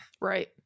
Right